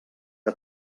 que